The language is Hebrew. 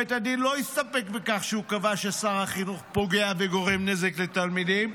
בית הדין לא הסתפק בכך שהוא קבע ששר החינוך פוגע וגורם נזק לתלמידים,